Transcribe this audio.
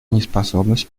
неспособность